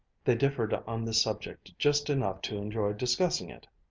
they differed on this subject just enough to enjoy discussing it.